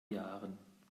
jahren